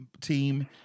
team